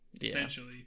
essentially